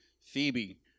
Phoebe